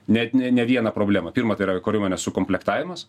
net ne ne vieną problemą pirma tai yra kariuomenės sukomplektavimas